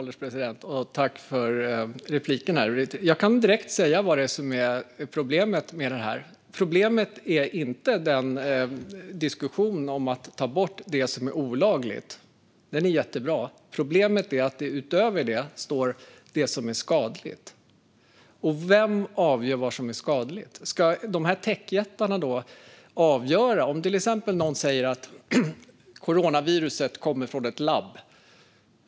Herr ålderspresident! Jag kan direkt säga vad som är problemet med det arbete som pågår. Problemet är inte diskussionen om att ta bort sådant som är olagligt, för den diskussionen är jättebra. Men problemet är att det utöver detta talas om sådant som är skadligt. Vem avgör vad som är skadligt? Ska techjättarna avgöra det? Anta att någon till exempel säger att coronaviruset kommer från ett labb.